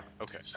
Okay